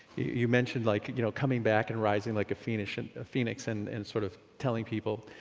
you mentioned like you know coming back and rising like a phoenix and phoenix and and sort of telling people,